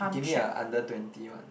give me a under twenty one